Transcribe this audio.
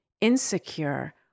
insecure